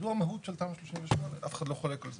זו המהות של תמ"א 38. אף אחד לא חולק על זה.